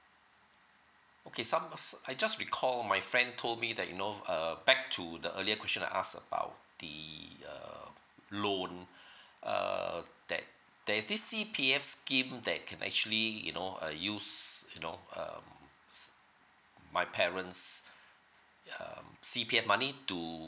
okay some s~ I just recall my friend told me that you know err back to the earlier question I asked about the uh loan uh that there is this C_P_F scheme that can actually you know I use you know um s~ my parents um C_P_F money to